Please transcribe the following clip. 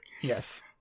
Yes